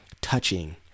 touching